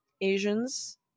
Asians